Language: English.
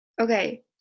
Okay